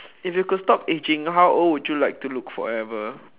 if you could stop ageing how old would you like to look forever